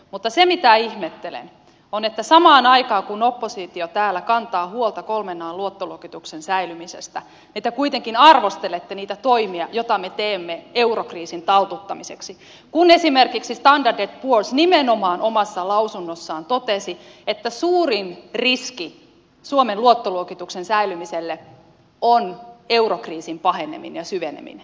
mutta se mitä ihmettelen on että samaan aikaan kun oppositio täällä kantaa huolta kolmen an luottoluokituksen säilymisestä te kuitenkin arvostelette niitä toimia joita me teemme eurokriisin taltuttamiseksi kun esimerkiksi standard poors nimenomaan omassa lausunnossaan totesi että suurin riski suomen luottoluokituksen säilymiselle on eurokriisin paheneminen ja syveneminen